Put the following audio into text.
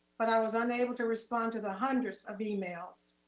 but i was unable to respond to the hundreds of emails,